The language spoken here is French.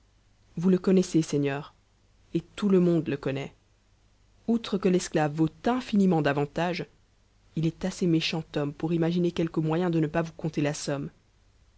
vous le connaissez seigneur et tout le monde le connaît outre que l'esclave vaut infiniment davantage il est assez méchant homme pour imaginer quelque moyen de ne pas vous compter la somme